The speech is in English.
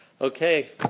Okay